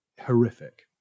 horrific